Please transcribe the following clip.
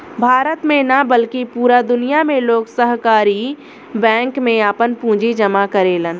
भारत में ना बल्कि पूरा दुनिया में लोग सहकारी बैंक में आपन पूंजी जामा करेलन